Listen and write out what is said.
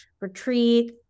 retreat